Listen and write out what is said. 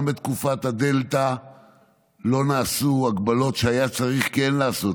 גם בתקופת הדלתא לא נעשו הגבלות שהיה צריך כן לעשות.